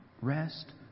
rest